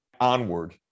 onward